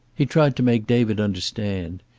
he tried to make david understand.